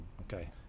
Okay